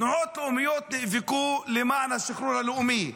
תנועות לאומיות נאבקו למען השחרור הלאומי.